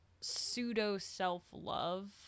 pseudo-self-love